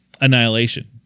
Annihilation